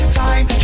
time